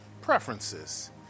preferences